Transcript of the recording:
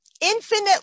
infinite